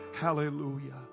Hallelujah